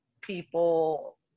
people